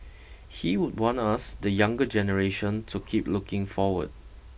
he would want us the younger generation to keep looking forward